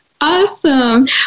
Awesome